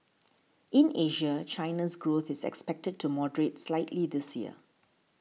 in Asia China's growth is expected to moderate slightly this year